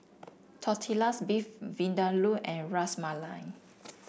Tortillas Beef Vindaloo and Ras Malai